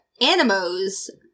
Animo's